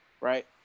right